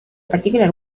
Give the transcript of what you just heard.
particular